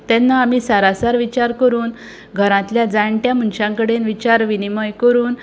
तेन्ना आमी सारासर विचार करून घरांतल्या जाणट्या मनशां कडेन विचार विनीमय करून